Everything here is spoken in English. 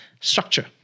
structure